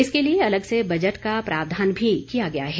इसके लिए अलग से बजट का प्रावधान भी किया गया है